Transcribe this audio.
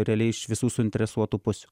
realiai iš visų suinteresuotų pusių